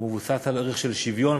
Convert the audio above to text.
והוא מבוסס על ערך של שוויון,